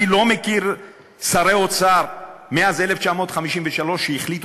אני לא מכיר שרי אוצר מאז 1953 שהחליטו